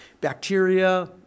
Bacteria